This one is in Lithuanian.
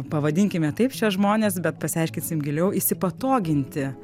pavadinkime taip šiuos žmones bet pasiaiškinsim giliau įsipatoginti